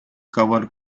cover